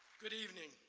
good evening.